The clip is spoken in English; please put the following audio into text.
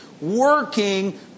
working